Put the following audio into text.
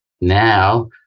now